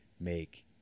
make